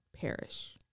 perish